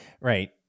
Right